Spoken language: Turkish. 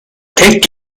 tek